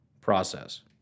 process